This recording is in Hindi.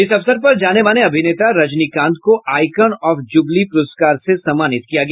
इस अवसर पर जाने माने अभिनेता रंजनीकांत को आईकॉन ऑफ जुबली पुरस्कार से सम्मानित किया गया